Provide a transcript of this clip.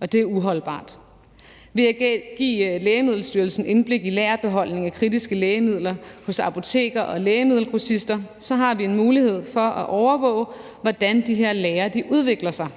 og det er uholdbart. Ved at give Lægemiddelstyrelsen indblik i lagerbeholdningen af kritiske lægemidler hos apoteker og lægemiddelgrossister har vi en mulighed for at overvåge, hvordan de her lagre udvikler sig,